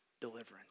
deliverance